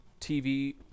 tv